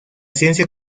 ciencia